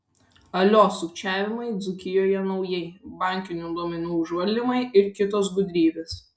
alio sukčiavimai dzūkijoje naujai bankinių duomenų užvaldymai ir kitos gudrybės